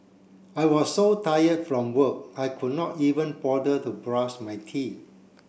I was so tired from work I could not even bother to brush my teeth